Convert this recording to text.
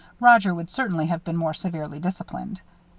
roger would certainly have been more severely disciplined.